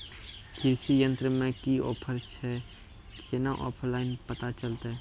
कृषि यंत्र मे की ऑफर छै केना ऑनलाइन पता चलतै?